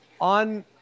on